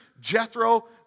Jethro